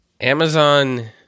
Amazon